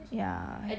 ya